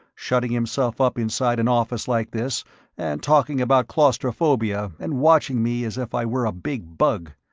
shutting himself up inside an office like this and talking about claustrophobia and watching me as if i were a big bug.